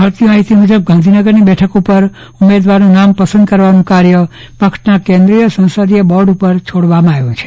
મળતી માહીતી મુજબ ગાંધીનગરની બેઠક ઉપર ઉમેદવારનું નામ પસંદ કરવાનું કાર્ય પક્ષના કેન્દ્રિય સંસદિય બોર્ડ ઉપર છોડવામાં આવ્યું છે